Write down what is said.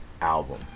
album